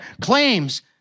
Claims